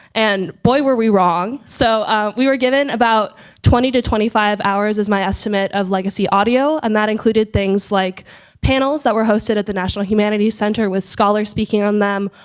and boy, were we wrong. so we were given about twenty to twenty five hours as my estimate of legacy audio and that included things like panels that were hosted at the national humanities center with scholars speaking on them,